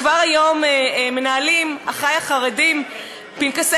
כבר היום מנהלים אחי החרדים פנקסי